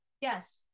Yes